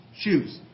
shoes